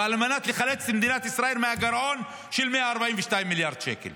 ועל מנת לחלץ את מדינת ישראל מהגירעון של 142 מיליארד שקל?